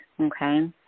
okay